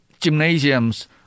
gymnasiums